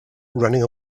running